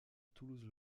toulouse